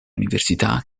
università